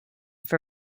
for